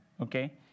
okay